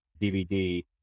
DVD